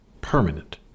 permanent